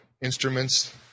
instruments